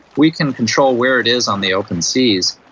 we can control where it is on the open seas,